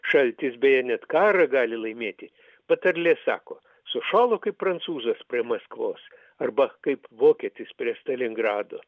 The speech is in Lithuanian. šaltis beje net karą gali laimėti patarlė sako sušalo kaip prancūzas prie maskvos arba kaip vokietis prie stalingrado